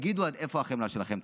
ותגידו עד איפה החמלה שלכם.